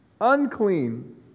unclean